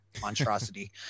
monstrosity